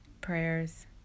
prayers